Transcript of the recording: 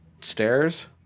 stairs